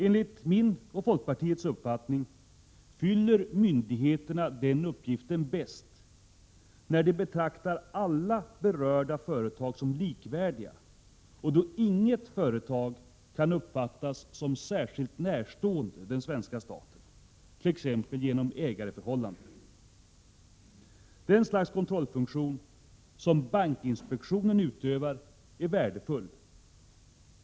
Enligt min och folkpartiets uppfattning fyller myndigheterna den uppgiften bäst när de betraktar alla berörda företag som likvärdiga och då inget företag kan uppfattas som särskilt närstående den svenska staten, t.ex. genom ägarförhållande. Det slags kontrollfunktion som bankinspektionen utövar är värdefull.